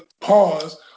pause